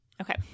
Okay